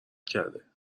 کرده